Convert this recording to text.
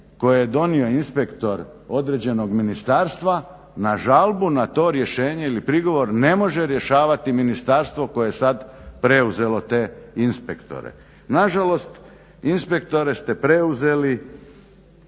koje je donio inspektor određenog ministarstva na žalbu na to rješenje ili prigovor ne može rješavati ministarstvo koje je sad preuzelo te inspektore. Na žalost inspektore ste preuzeli